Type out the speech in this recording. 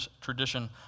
tradition